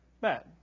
bad